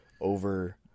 Over